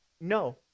No